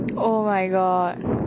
oh my god